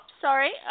sorry